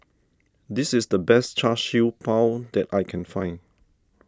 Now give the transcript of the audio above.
this is the best Char Siew Bao that I can find